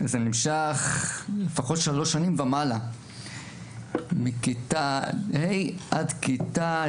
זה נמשך לפחות שלוש שנים ומעלה, מכיתה ה' עד כיתה